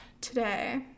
today